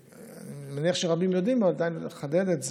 אני מניח שרבים יודעים, אבל עדיין, לחדד את זה.